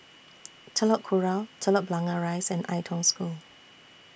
Telok Kurau Telok Blangah Rise and Ai Tong School